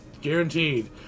guaranteed